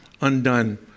undone